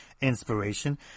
inspiration